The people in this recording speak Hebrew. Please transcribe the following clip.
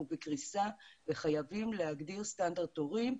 אנחנו בקריסה וחייבים להגדיר סטנדרט תורים.